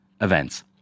events